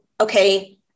okay